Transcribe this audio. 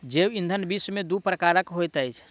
जैव ईंधन विश्व में दू प्रकारक होइत अछि